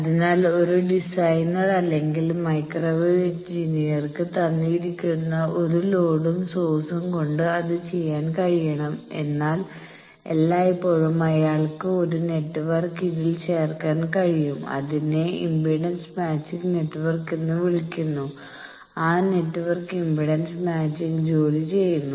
അതിനാൽ ഒരു ഡിസൈനർ അല്ലെങ്കിൽ മൈക്രോവേവ് എഞ്ചിനീയർക്ക് തന്നിരിക്കുന്ന ഒരു ലോഡും സോഴ്സും കൊണ്ട് അത് ചെയ്യാൻ കഴിയണം എന്നാൽ എല്ലായ്പ്പോഴും അയാൾക്ക് ഒരു നെറ്റ്വർക്ക് ഇതിൽ ചേർക്കാൻ കഴിയും അതിനെ ഇംപെഡൻസ് മാച്ചിംഗ് നെറ്റ്വർക്ക് എന്ന് വിളിക്കുന്നു ആ നെറ്റ്വർക്ക് ഇംപെഡൻസ് മാച്ചിംഗ് ജോലി ചെയ്യുന്നു